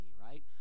right